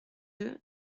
deux